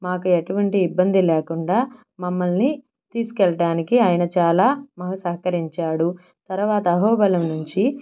మాకు ఎటువంటి ఇబ్బంది లేకుండా మమ్మల్ని తీసుకెళ్ళడానికి ఆయన చాల మాకు సహకరించాడు తర్వాత అహోబిలం నుంచి